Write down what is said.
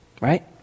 right